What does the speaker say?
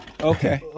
Okay